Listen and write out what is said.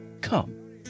Come